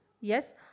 Yes